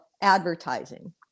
advertising